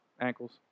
Ankles